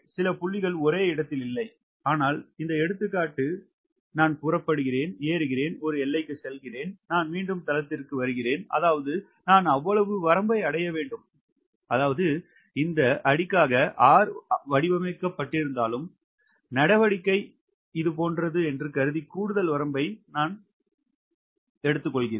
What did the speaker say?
சில புள்ளிகள் ஒரே இடத்தில் இல்லைஆனால் இந்த எடுத்துக்காட்டு நான் புறப்படுகிறேன் ஏறுகிறேன் ஒரு எல்லைக்குச் செல்கிறேன் நான் மீண்டும் தளத்திற்கு வருகிறேன் அதாவது நான் அவ்வளவு வரம்பை அடைய வேண்டும் அதாவது இந்த அடிக்காக வடிவமைக்கப்பட்டிருந்தாலும் இந்த நடவடிக்கை இதுபோன்றது என்று கருதி கூடுதல் வரம்பை எடுத்துக்கொள்கிறேன்